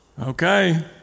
Okay